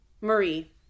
Marie